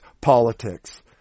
politics